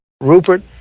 Rupert